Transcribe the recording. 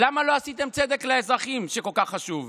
למה לא עשיתם צדק לאזרחים, שכל כך חשוב?